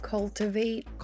Cultivate